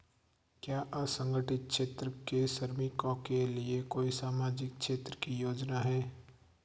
क्या असंगठित क्षेत्र के श्रमिकों के लिए कोई सामाजिक क्षेत्र की योजना है?